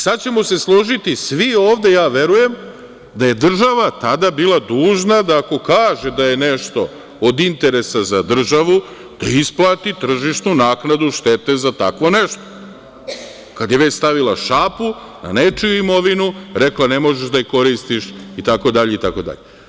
Sada ćemo se složiti svi ovde, ja verujem, da je država tada bila dužna da ako kaže da je nešto od interesa za državu da isplati tržištu naknadu štete za tako nešto, kada je već stavila šapu na nečiju imovinu rekla - ne možeš da je koristiš itd. itd.